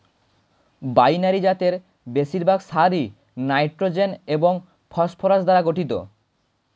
binary জাতের বেশিরভাগ সারই নাইট্রোজেন এবং ফসফরাস দ্বারা গঠিত